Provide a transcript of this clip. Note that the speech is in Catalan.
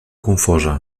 confosa